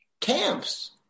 camps